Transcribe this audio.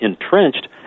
entrenched